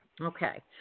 Okay